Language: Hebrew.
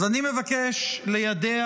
אז אני מבקש ליידע